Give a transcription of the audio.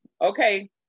Okay